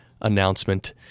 announcement